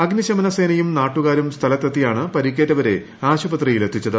അഗ്നിശമന സേനയും നാട്ടുകാരും സ്ഥലത്തെത്തിയാണ് പരിക്കേറ്റവരെ ആശുപത്രിയിൽ എത്തിച്ചത്